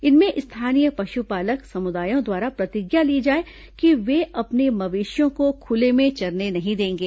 इनमें स्थानीय पशुपालक समुदायों द्वारा प्रतिज्ञा ली जाए कि वे अपने मवेशियों को खुले में चरने नहीं देंगे